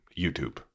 YouTube